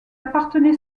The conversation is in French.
appartenait